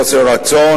חוסר רצון,